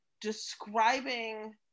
describing